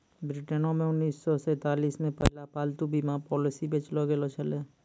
ब्रिटेनो मे उन्नीस सौ सैंतालिस मे पहिला पालतू बीमा पॉलिसी बेचलो गैलो छलै